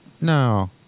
No